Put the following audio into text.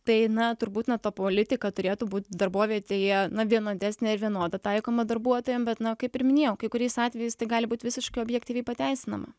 tai na turbūt na to politika turėtų būt darbovietėje na vienodesnė ir vienoda taikoma darbuotojam be na kaip ir minėjau kai kuriais atvejais tai gali būt visiškai objektyviai pateisinama